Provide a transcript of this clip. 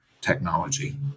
technology